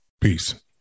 Peace